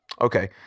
Okay